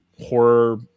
horror